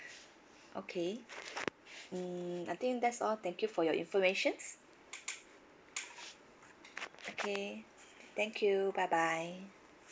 okay mm I think that's all thank you for your informations okay thank you bye bye